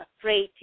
afraid